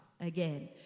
again